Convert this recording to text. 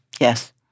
Yes